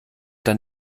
dann